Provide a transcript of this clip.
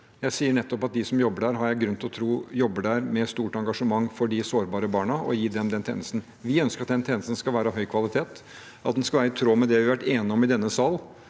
Jeg sier nettopp at de som jobber der, har jeg grunn til å tro jobber der med stort engasjement for de sårbare barna, for å gi dem den tjenesten. Vi ønsker at den tjenesten skal være av høy kvalitet, og at den skal være i tråd med det vi har vært enige om i denne sal.